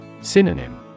Synonym